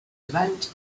event